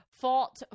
fought